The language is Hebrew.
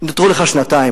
נותרו לך שנתיים,